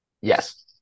yes